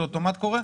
זה אוטומט קורה?